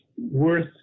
worth